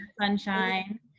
sunshine